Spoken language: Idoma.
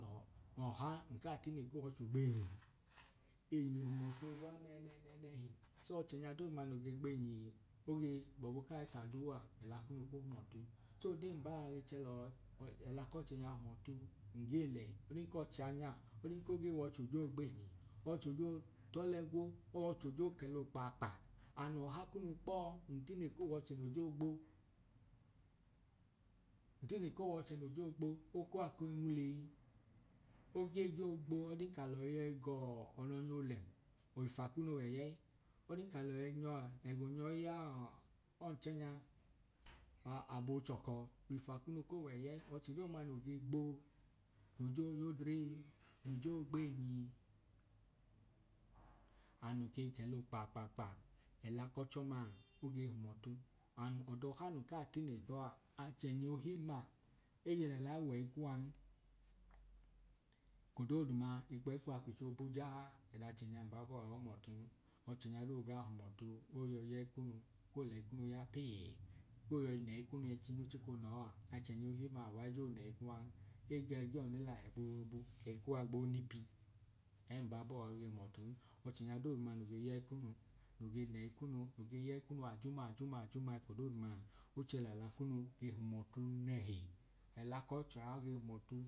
Ọha nkaa tine k’owọcho gbenyi, enyi hum ọtuọ gwa nẹnẹnẹnẹhi so ọchẹnya dooduma noo ge gbenyi ogee gbọbu kai ka duu a ẹla kunu ku hum ọtu so odee mbaa ge chẹ lọ ẹla k’ọchẹnya hum ọtu ngee lẹ ọdin k’ọchẹanya ọdan ko wọcho jọọ gbenyi w’ọche joo t’ọle gwo w’ọcho jọọ k’elokpaakpa and ọha kunu kpọọ ntine k’oowọchẹ noo joo gbo, ntine k’oowọchẹ noo joo gbo okaa ku nwulei, oge joo gbo higbọdin k’alọ yọi g’ọnọnya ole ifa kunu w’ẹyẹi. Ọdn k’alọ yọi nyọaa ẹgo nyọi y’ọnchẹnya a abọo chọkọọ ifa kunu ko wẹ yẹi ọchẹ dooduma noo ge gbo noo joo y’odre no joo gbeenyi an no kei k’ẹlo okpaakpakpa ẹla k’ọchọma oge hum ọtu an ọdọha nun kaa tine kpọ a achẹnya ohimma ege lẹla wẹyi kuwan ekodooduma ikpẹyi kuwa kwicho bujaa ẹda chẹnya mbabọọ a ohum ọtun ọchẹnya doodu gaa hum ọtuu oyọi yẹi kunuu koo lẹyi kunu ya peee, koo yọi nẹyi kunu ẹchi no chiko nọọ a. achẹnya ohimma uwai jọọ nẹyi kuwan, egaẹgiọ n’elahẹ bu boobu ẹyi kuwa gboo nipi, eembabọọ a oge hum ọtun ọchẹnya dooduma noo ge yẹi kunu noo ge nẹyi kunu noo ge yẹyi kunu ajuma ajuma ajuma ekodooduma ochẹ lẹla kunu ge hum ọtu nẹhi, ẹla kọọ chẹa ge hum ẹtu